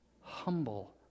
humble